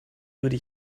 würde